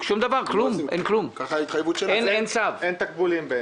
שום דבר, אין כלום, אין צו, אין תקבולים.